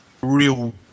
real